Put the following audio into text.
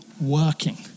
working